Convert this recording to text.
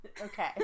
Okay